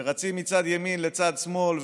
ורצים מצד ימין לצד שמאל,